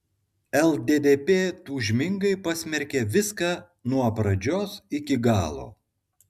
lddp tūžmingai pasmerkė viską nuo pradžios iki galo